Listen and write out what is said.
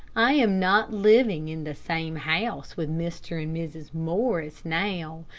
i am not living in the same house with mr. and mrs, morris now,